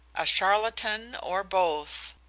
a charlatan, or both.